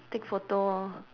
take photo lor